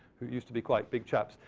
who used to be quite big chaps?